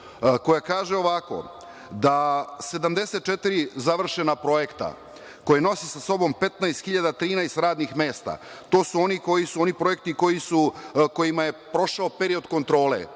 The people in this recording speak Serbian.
koja kaže ovako, da 74 završena projekta koje nosi sa sobom 15.013 radnih mesta, to su oni projekti kojima je prošao period kontrole.